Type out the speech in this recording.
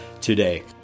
today